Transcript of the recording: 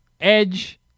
Edge